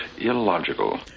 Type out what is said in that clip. illogical